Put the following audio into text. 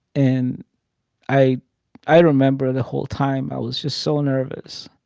and i i remember the whole time, i was just so nervous.